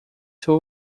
two